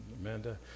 Amanda